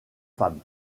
femme